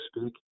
speak